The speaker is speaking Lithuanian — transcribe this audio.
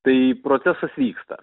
tai procesas vyksta